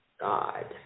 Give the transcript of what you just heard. God